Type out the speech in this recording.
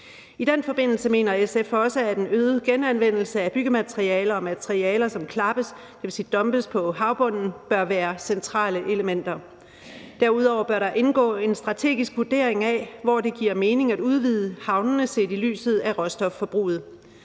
I den forbindelse mener SF også, at en øget genanvendelse af byggematerialer og materialer, som klappes, dvs. dumpes på havbunden, bør være centrale elementer. Derudover bør der indgå en strategisk vurdering af, hvor det giver mening at udvide havnene, set i lyset af råstofforbruget.